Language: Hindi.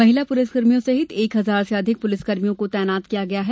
महिला पुलिसकर्मियों सहित एक हजार से अधिक पुलिसकर्मियों को तैनात किया गया है